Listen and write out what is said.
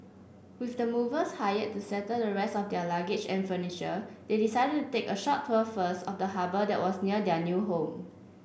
with the movers hired to settle the rest of their luggage and furniture they decided to take a short tour first of the harbour that was near their new home